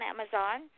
Amazon